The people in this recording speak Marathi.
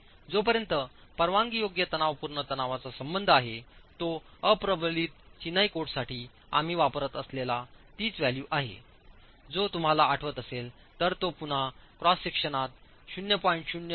जोपर्यंत परवानगीयोग्य तणावपूर्ण तणावाचा संबंध आहे तो अप्रबलित चिनाई कोडसाठी आम्ही वापरत असलेला तीच व्हॅल्यू आहे जो तुम्हालाआठवतअसेल तर तो पुन्हाक्रॉस सेक्शनात 0